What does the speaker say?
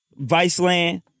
Viceland